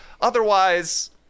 Otherwise